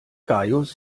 gaius